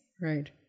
Right